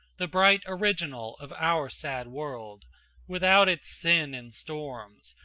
the bright original of our sad world without its sin and storms,